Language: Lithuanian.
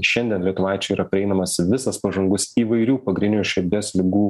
šiandien lietuvaičiu yra prieinamas visas pažangus įvairių pagrindinių širdies ligų